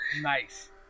Nice